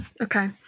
okay